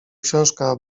książka